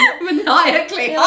maniacally